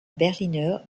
berliner